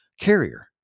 Carrier